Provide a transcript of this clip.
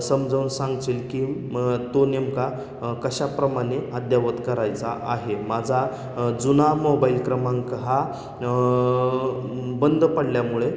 समजावून सांगशील की मग तो नेमका कशाप्रमाणे अद्ययावत करायचा आहे माझा जुना मोबाईल क्रमांक हा बंद पडल्यामुळे